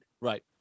Right